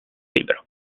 libero